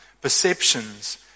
perceptions